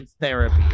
therapy